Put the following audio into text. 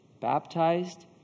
baptized